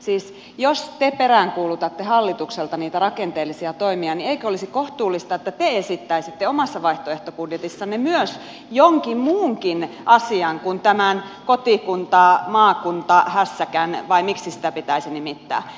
siis jos te peräänkuulutatte hallitukselta niitä rakenteellisia toimia niin eikö olisi kohtuullista että te esittäisitte omassa vaihtoehtobudjetissanne myös jonkin muunkin asian kuin tämän kotikuntamaakunta hässäkän vai miksi sitä pitäisi nimittää